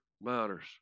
matters